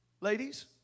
Ladies